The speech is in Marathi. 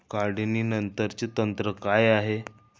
काढणीनंतरचे तंत्र काय आहे?